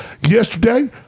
Yesterday